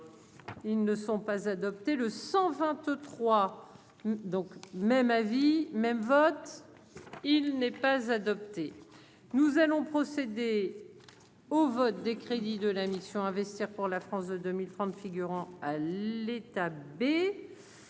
Ils ne sont pas adoptés le cent vingt-trois donc même avis même vote il n'est pas adopté, nous allons procéder. Au vote des crédits de la mission investir pour la France de 2030 figurants à l'étape et